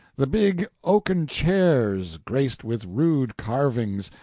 the big oaken chairs, graced with rude carvings,